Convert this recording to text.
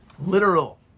Literal